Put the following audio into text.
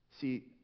See